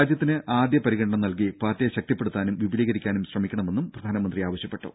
രാജ്യത്തിന് ആദ്യ പരിഗണന നൽകി പാർട്ടിയെ ശക്തിപ്പെടുത്താനും വിപുലീകരിക്കാനും ശ്രമിക്കണമെന്നും പ്രധാനമന്ത്രി ആവശ്യപ്പെട്ടു